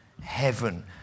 heaven